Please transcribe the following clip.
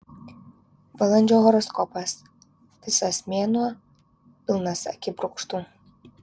balandžio horoskopas visas mėnuo pilnas akibrokštų